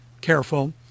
careful